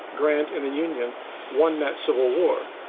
grant, and the union won that civil war.